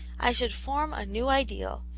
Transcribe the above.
i should form a new ideal,